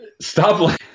stop